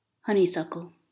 honeysuckle